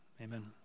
Amen